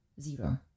Zero